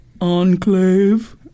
enclave